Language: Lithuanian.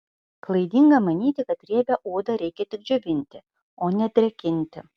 klaidinga manyti kad riebią odą reikia tik džiovinti o ne drėkinti